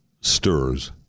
stirs